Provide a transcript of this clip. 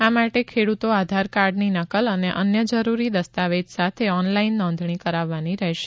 આ માટે ખેડૂતો આધારકાર્ડની નકલ અને અન્ય જરૂરી દસ્તાવેજ સાથે ઓનલાઇન નોંધણી કરાવવાની રહેશે